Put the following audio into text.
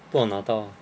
不懂拿到吗